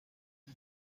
dit